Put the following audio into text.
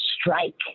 strike